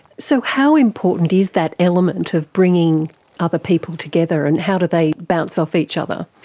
so how important is that element of bringing other people together and how do they bounce off each other?